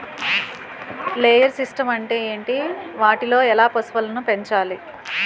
Layer systems అంటే ఏంటి? వాటిలో ఎలా పశువులను పెంచాలి?